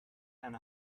and